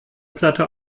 platte